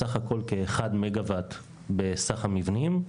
סך הכל: כמגה-וואט אחד בסך המבנים,